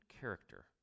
character